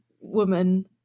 woman